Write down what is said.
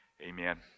amen